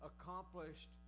accomplished